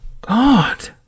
God